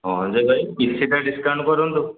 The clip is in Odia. ହଁ ଯେ ଭାଇ କିଛିଟା ଡିସ୍କାଉଣ୍ଟ୍ କରନ୍ତୁ